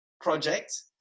project